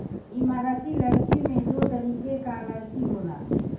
इमारती लकड़ी में दो तरीके कअ लकड़ी होला